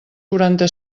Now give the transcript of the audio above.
quaranta